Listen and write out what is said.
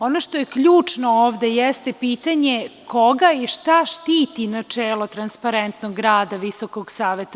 Ono što je ključno ovde jeste pitanje koga i šta štiti načelo transparentnog rada VSS.